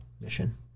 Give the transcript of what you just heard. mission